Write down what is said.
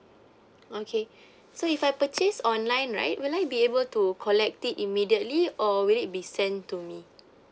okay so if I purchase online right will I be able to collect it immediately or will it be sent to me